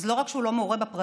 אז לא רק שהוא לא מעורה בפרטים,